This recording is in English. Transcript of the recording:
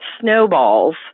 snowballs